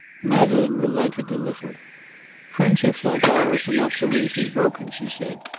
madeleine relented a little friendships like ours are not so easily broken, she said.